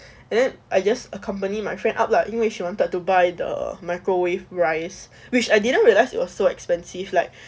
and then I just accompany my friend up lah 因为 she wanted to buy the microwave rice which I didn't realise it was so expensive like